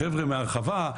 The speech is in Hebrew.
החבר'ה מההרחבה,